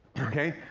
okay?